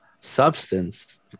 substance